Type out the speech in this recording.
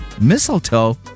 mistletoe